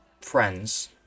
friends